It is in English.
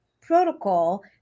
protocol